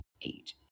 eight